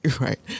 right